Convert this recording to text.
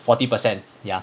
forty percent ya